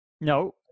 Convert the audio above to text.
No